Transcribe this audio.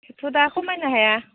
एथ' दा खमायनो हाया